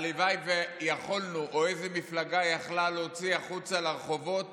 הלוואי שיכולנו או איזו מפלגה יכלה להוציא החוצה לרחובות